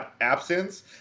absence